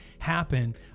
happen